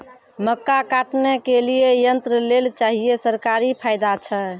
मक्का काटने के लिए यंत्र लेल चाहिए सरकारी फायदा छ?